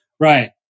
Right